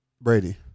Brady